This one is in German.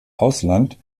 ausland